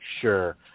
sure